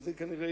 וזה כנראה